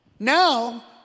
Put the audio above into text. Now